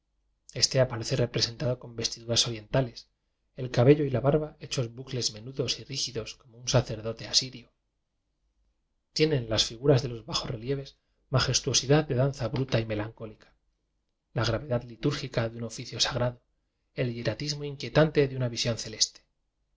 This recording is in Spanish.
este aparece representado con vestiduras orientales el cabello y la barba hechos bucles menudos y rígidos como un sacerdote asirio tienen las figuras de los bajo relieves toajesíuosidad de danza bruta y melancólica la gravedad litúrgica de un oficio sa grado el hieratismo inquietante de una vi sión celeste